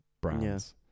brands